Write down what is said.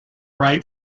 right